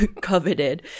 coveted